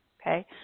okay